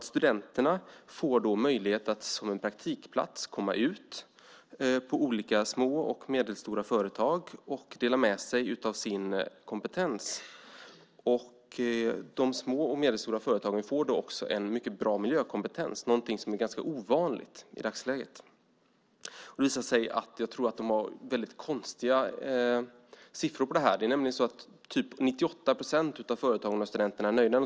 Studenterna får då möjlighet att via en praktikplats komma ut på olika små och medelstora företag och dela med sig av sin kompetens. De små och medelstora företagen får då en bra miljökompetens. Det är ovanligt i dagsläget. Det är konstiga siffror på detta. Ungefär 98 procent av företagen och studenterna är nöjda.